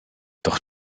doch